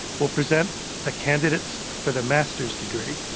will present the candidates for the master's degree.